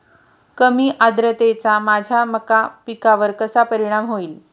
कमी आर्द्रतेचा माझ्या मका पिकावर कसा परिणाम होईल?